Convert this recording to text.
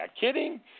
kidding